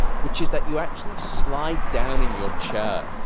which is that you actually slide down in your chair.